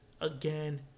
again